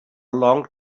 long